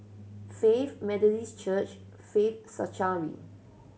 Faith Methodist Church Faith Sanctuary